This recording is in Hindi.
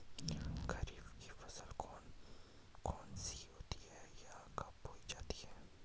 खरीफ की फसल कौन कौन सी होती हैं यह कब बोई जाती हैं?